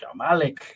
Jamalik